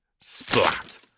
splat